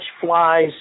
flies